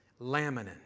Laminin